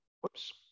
Whoops